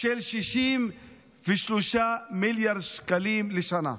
של 63 מיליארד שקלים לשנה.